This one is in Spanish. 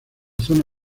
zona